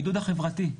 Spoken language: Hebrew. הבידוד החברתי,